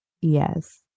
Yes